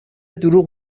دروغ